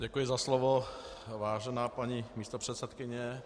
Děkuji za slovo, vážená paní místopředsedkyně.